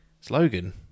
slogan